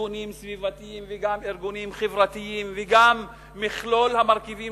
ארגונים סביבתיים וגם ארגונים חברתיים וגם מכלול המרכיבים